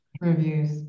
Reviews